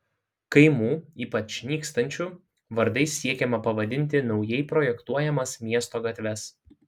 kaimų ypač nykstančių vardais siekiama pavadinti naujai projektuojamas miesto gatves